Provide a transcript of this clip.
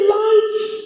life